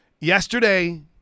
Yesterday –